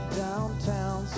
downtown